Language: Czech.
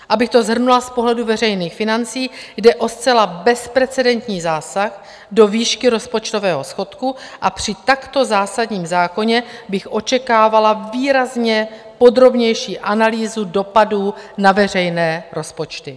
Abych to shrnula z pohledu veřejných financí jde o zcela bezprecedentní zásah do výšky rozpočtového schodku a při takto zásadním zákoně bych očekávala výrazně podrobnější analýzu dopadů na veřejné rozpočty.